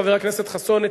חבר הכנסת חסון,